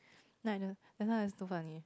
then I just that's why its so funny